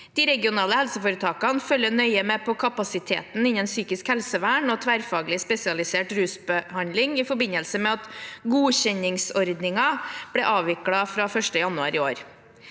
De regionale helseforetakene følger nøye med på kapasiteten innen psykisk helsevern og tverrfaglig spesialisert rusbehandling i forbindelse med at godkjenningsordningen ble avviklet fra 1. januar i år.